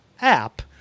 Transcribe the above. app